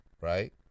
right